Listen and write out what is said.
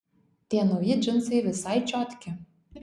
tie nauji džinsai visai čiotki